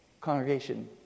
congregation